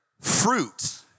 fruit